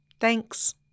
Thanks